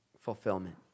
fulfillment